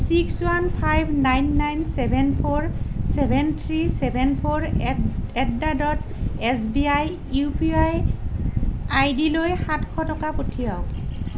six one five nine nine seven four seven three seven four eight eight the dot S B I U P I আই ডিলৈ সাতশ টকা পঠিৱাওক